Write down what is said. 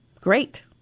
Great